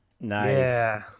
Nice